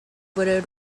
widowed